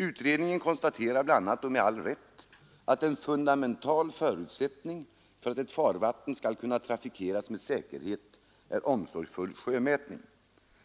Utredningen konstaterar bl.a. och med all rätt att ”en fundamental förutsättning för att ett farvatten skall kunna trafikeras med säkerhet är omsorgsfull sjömätning”.